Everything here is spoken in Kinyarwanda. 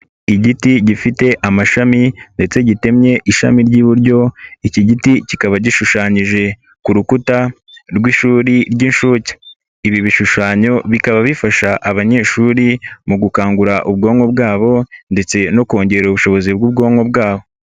Igiti gifite amashami ndetse gitemye ishami ry'iburyo, iki giti kikaba gishushanyije ku rukuta rw'ishuri ry'inshuke. Ibi bishushanyo bikaba bifasha abanyeshuri mu gukangura ubwonko bwabo ndetse no kongerarera ubushobozi bw'ubwonko bwabo.